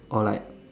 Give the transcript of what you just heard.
or like